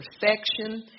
perfection